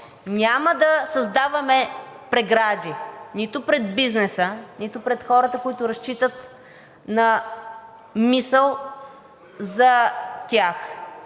Няма да създаваме прегради нито пред бизнеса, нито пред хората, които разчитат на мисъл за тях.